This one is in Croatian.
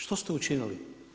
Što ste učinili?